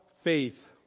faith